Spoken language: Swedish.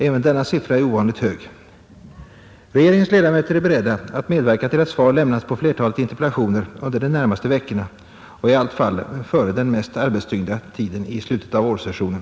Även denna siffra är ovanligt hög. Regeringens ledamöter är beredda att medverka till att svar lämnas på flertalet interpellationer under de närmaste veckorna och i allt fall före den mest arbetstyngda tiden i slutet av vårsessionen.